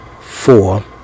four